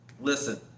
Listen